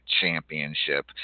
Championship